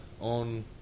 on